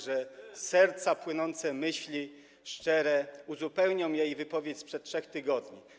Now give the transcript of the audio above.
że z serca płynące myśli szczere uzupełnią jej wypowiedź sprzed 3 tygodni.